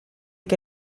che